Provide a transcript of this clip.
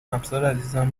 همسرعزیزم